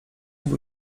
bój